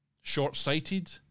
Short-sighted